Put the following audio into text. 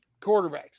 quarterbacks